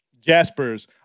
Jaspers